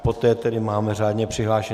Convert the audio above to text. Poté tedy máme řádně přihlášené.